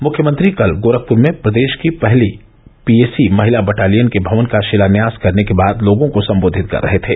मुख्यमंत्री कल गोरखपुर में प्रदेश की पहली पीएसी महिला बटालियन के भवन का शिलान्यास करने के बाद लोगों को सम्बोधित कर रहे थे